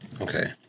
Okay